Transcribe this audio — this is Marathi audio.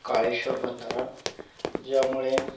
काळेश्वर बंधारा ज्यामुळे